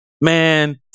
man